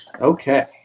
Okay